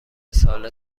سال